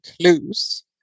clues